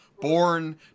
born